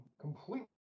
completely